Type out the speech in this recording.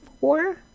four